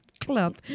club